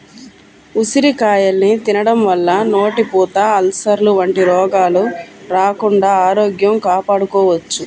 ఉసిరికాయల్ని తినడం వల్ల నోటిపూత, అల్సర్లు వంటి రోగాలు రాకుండా ఆరోగ్యం కాపాడుకోవచ్చు